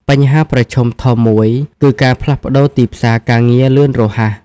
បញ្ហាប្រឈមធំមួយគឺ ការផ្លាស់ប្តូរទីផ្សារការងារលឿនរហ័ស។